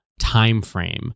timeframe